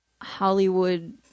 Hollywood